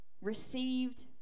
received